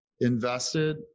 invested